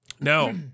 No